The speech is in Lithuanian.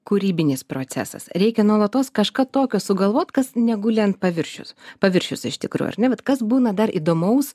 kūrybinis procesas reikia nuolatos kažką tokio sugalvot kas neguli ant paviršiaus paviršius iš tikrųjų ar ne vat kas būna dar įdomaus